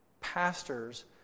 pastors